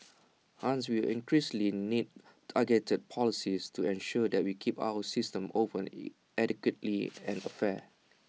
hence we will increasingly need targeted policies to ensure that we keep our systems open E equitably and fair